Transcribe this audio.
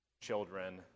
children